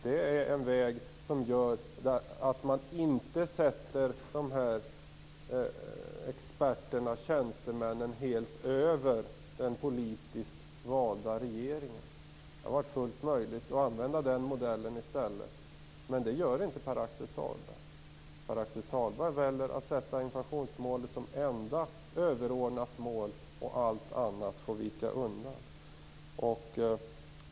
Det är en väg som gör att man inte sätter dessa experter och tjänstemän helt över den politiskt valda regeringen. Det hade varit fullt möjligt att använda den modellen i stället, men det gör inte Pär-Axel Sahlberg. Pär-Axel Sahlberg väljer att sätta inflationsmålet som enda överordnat mål, och allt annat får vika undan.